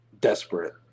desperate